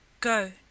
Go